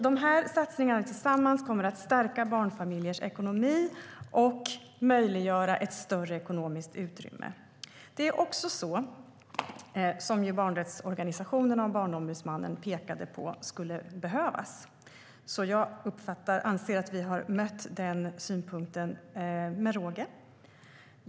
Dessa satsningar kommer att stärka barnfamiljers ekonomi och möjliggöra ett större ekonomiskt utrymme. Det är också det som barnrättsorganisationerna och Barnombudsmannen pekade på skulle behövas. Jag anser därför att vi har mött denna synpunkt med råge.